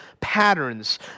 patterns